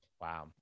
Wow